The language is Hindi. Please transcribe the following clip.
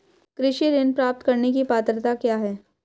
कृषि ऋण प्राप्त करने की पात्रता क्या है?